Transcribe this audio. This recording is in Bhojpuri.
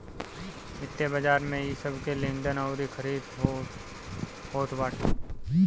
वित्तीय बाजार में इ सबके लेनदेन अउरी खरीद फोक्त होत बाटे